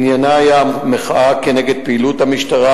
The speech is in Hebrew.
עניינה היה מחאה כנגד פעילות המשטרה.